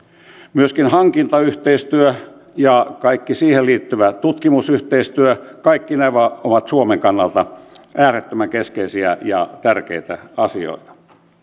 myöskin hankintayhteistyö ja kaikki siihen liittyvä tutkimusyhteistyö kaikki nämä ovat suomen kannalta äärettömän keskeisiä ja tärkeitä asioita